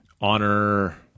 honor